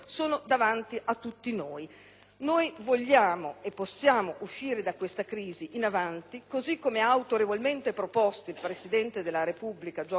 Noi vogliamo e possiamo uscire da questa crisi in avanti, così come ha autorevolmente proposto il presidente della Repubblica Giorgio Napolitano,